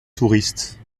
touriste